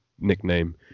nickname